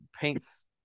paints